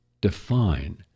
define